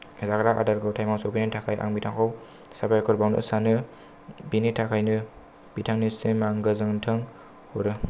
जाग्रा अर्दारखौ थायमाव सफैनायनि थाखाय आं बिथांखौ साबायखर बावनो सानो बिनि थाखायनो बिथांनिसिम आं गोजोनथों हरो